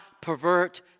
pervert